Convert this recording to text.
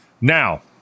Now